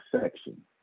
section